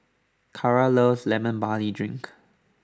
Carra loves Lemon Barley Drink